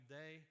day